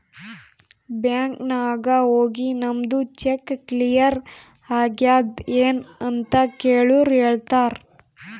bank ನಾಗ್ ಹೋಗಿ ನಮ್ದು ಚೆಕ್ ಕ್ಲಿಯರ್ ಆಗ್ಯಾದ್ ಎನ್ ಅಂತ್ ಕೆಳುರ್ ಹೇಳ್ತಾರ್